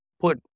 put